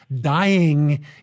dying